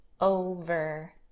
over